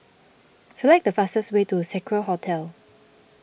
select the fastest way to Seacare Hotel